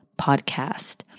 Podcast